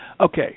Okay